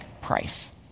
price